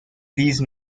these